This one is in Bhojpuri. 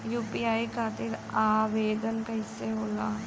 यू.पी.आई खातिर आवेदन कैसे होला?